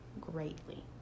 greatly